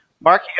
Mark